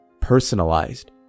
personalized